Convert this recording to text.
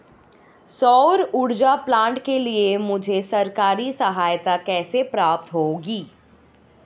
सौर ऊर्जा प्लांट के लिए मुझे सरकारी सहायता कैसे प्राप्त होगी?